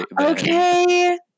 Okay